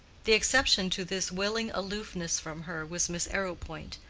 the exception to this willing aloofness from her was miss arrowpoint,